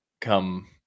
come